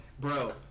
Bro